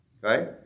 right